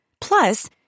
Plus